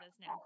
now